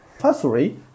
Firstly